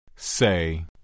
Say